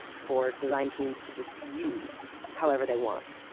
for design teams to just use, however they want.